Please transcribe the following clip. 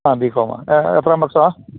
ആ ബികോമ് എത്രാം വർഷമാണ്